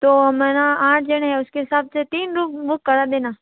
तो हमें ना आठ जने है उसके हिसाब से तीन रूम बुक करा देना